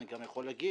אני גם יכול לומר,